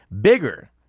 bigger